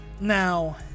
now